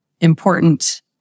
Important